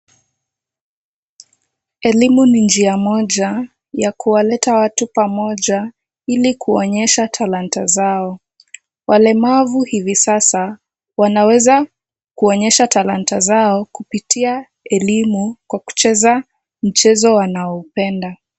Elimu ni njia moja ya kuwaleta watu pamoja ili kuonyesha talanta zao. Walemavu hivi sasa wanaweza kuonyesha talanta zao kupitia elimu kwa kucheza mchezo wanaoupenda.